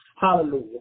Hallelujah